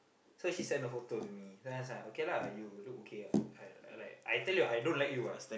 so she send the photo to me then I was like okay lah you look okay ah I I like I tell you I don't like you what